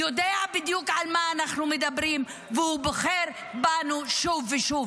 יודע בדיוק על מה אנחנו מדברים והוא בוחר בנו שוב ושוב.